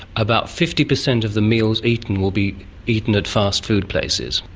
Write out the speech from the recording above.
about fifty percent of the meals eaten will be eaten at fast food places.